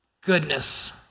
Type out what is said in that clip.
goodness